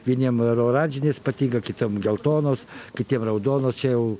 vieniems oranžinės patinka kitam geltonos kitiem raudonos čia jau